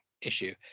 issue